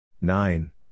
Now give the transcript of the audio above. nine